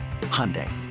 Hyundai